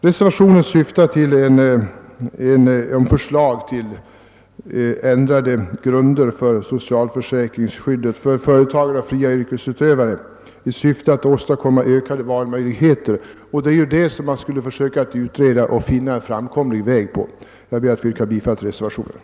Reservationen I syftar till förslag om ändrade grunder för socialförsäkringsskyddet för företagare och fria yrkesutövare för att åstadkomma ökade valmöjligheter, och det är alltså härvidlag man borde försöka finna en framkomlig väg. Herr talman! Jag ber att få yrka bifall till reservationen I.